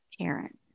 parent